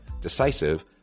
decisive